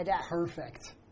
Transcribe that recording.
Perfect